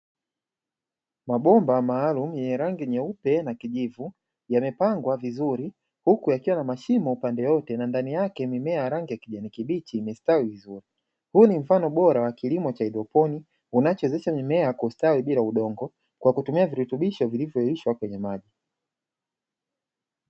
Mabomba maalumu yenye rangi nyeupe na kijivu yamepangwa vizuri huku yakiwa na mashimo upande wote na ndani yake mimea ya kijani kibichi imestawi vizuri. Huu ni mfano bora wa kilimo cha haidroponi unaowezesha mimea kustawi bila udongo kwa kutumia virutubisho vilivyo yeyushwa kwenye maji.